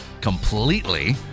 completely